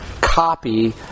copy